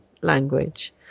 language